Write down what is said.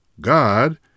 God